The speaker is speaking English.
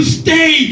stay